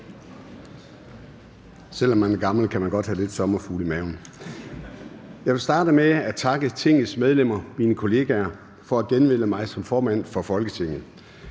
Jeg vil starte med at takke Tingets medlemmer, mine kollegaer, for at genvælge mig som formand for Folketinget.